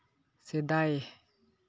ᱥᱮᱫᱟᱭ